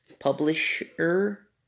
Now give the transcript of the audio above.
Publisher